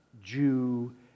Jew